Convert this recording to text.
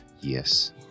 Yes